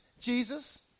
Jesus